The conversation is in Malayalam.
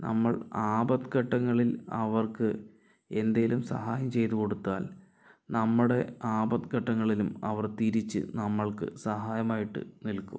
നമ്മൾ ആപത്ത് ഘട്ടങ്ങളിൽ അവർക്ക് എന്തേലും സഹായം ചെയ്തു കൊടുത്താൽ നമ്മടെ ആപത്ത് ഘട്ടങ്ങളിലും അവർ തിരിച്ച് നമ്മൾക്ക് സഹായമായിട്ട് നിൽക്കും